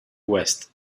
west